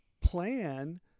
plan